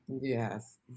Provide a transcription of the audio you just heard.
Yes